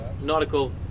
nautical